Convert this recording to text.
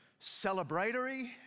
celebratory